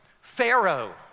Pharaoh